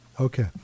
Okay